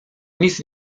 nic